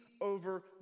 over